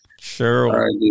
sure